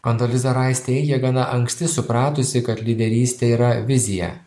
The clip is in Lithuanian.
kondoliza rais teigė gana anksti supratusi kad lyderystė yra vizija